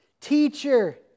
teacher